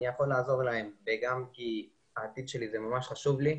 אני אוכל לעזור להם וגם כי העתיד שלי ממש חשוב לי.